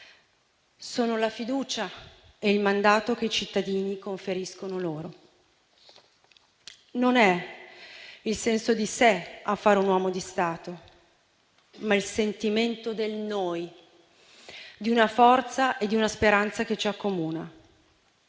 sono la fiducia e il mandato che i cittadini conferiscono loro. Non è il senso di sé a fare un uomo di Stato, ma il sentimento del «noi», di una forza e di una speranza che ci accomuna;